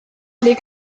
les